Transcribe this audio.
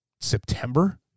September